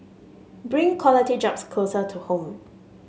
bring quality jobs closer to home